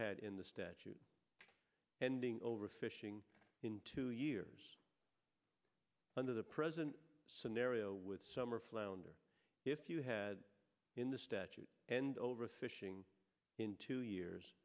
had in the statute ending overfishing in two years under the present scenario with summer flounder if you had in the statute and over fishing in two years